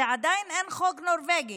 עדיין אין חוק נורבגי,